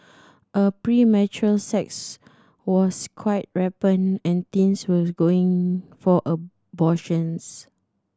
a premarital sex was quite rampant and teens with going for abortions